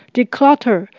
Declutter